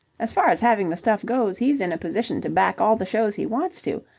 as far as having the stuff goes, he's in a position to back all the shows he wants to.